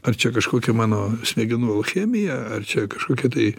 ar čia kažkokia mano smegenų chemija ar čia kažkokia tai